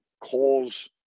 calls